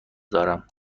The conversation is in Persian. دارم